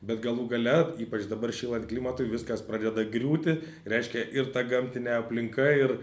bet galų gale ypač dabar šylant klimatui viskas pradeda griūti reiškia ir ta gamtinė aplinka ir